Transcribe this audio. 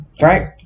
right